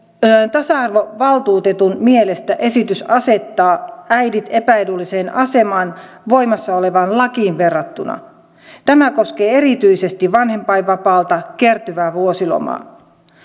tasa arvovaltuutetun mielestä esitys asettaa äidit epäedulliseen asemaan voimassa olevaan lakiin verrattuna tämä koskee erityisesti vanhempainvapaalta kertyvää vuosilomaa